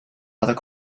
other